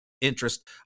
interest